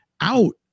out